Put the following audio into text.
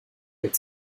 could